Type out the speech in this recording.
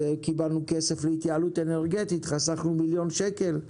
קיבלנו כסף להתייעלות אנרגטית וחסכנו מיליון שקל.